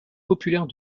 populaire